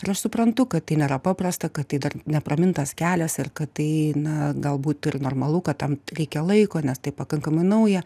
ir aš suprantu kad tai nėra paprasta kad tai dar nepramintas kelias ir kad tai na galbūt ir normalu kad tam reikia laiko nes tai pakankamai nauja